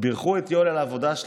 ובירכו את יואל על העבודה שלו,